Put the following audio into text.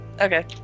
Okay